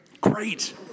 Great